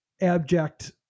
abject